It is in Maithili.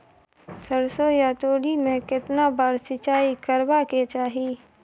सरसो या तोरी में केतना बार सिंचाई करबा के चाही?